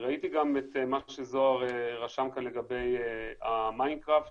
ראיתי את מה שזוהר רשם כאן לגבי המיינדקראפט,